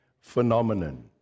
phenomenon